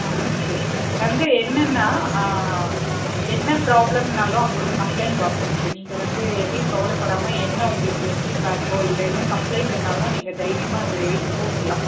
ஆ சரி வந்து என்னன்னா என்ன ப்ராப்ளம்னாலும் அங்கே ஒரு கம்ப்லைன்ட் பாக்ஸ் இருக்கு நீங்கள் வந்து எதியும் கவலைப்படாம என்ன உங்களுக்கு ஃபீட்பேக்கோ இல்லை என்ன கம்ப்லைன்ட் இருந்தாலும் நீங்கள் தைரியமாக அதில் எழுதி போட்டுடலாம்